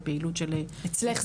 בפעילות של הוקרה,